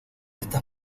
estas